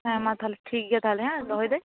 ᱦᱮᱸ ᱢᱟ ᱛᱟᱦᱚᱞᱮ ᱴᱷᱤᱠᱜᱮᱭᱟ ᱛᱟᱦᱚᱞᱮ ᱦᱮᱸ ᱫᱚᱦᱚᱭᱮᱫᱟ ᱧ